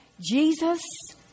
Jesus